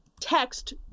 text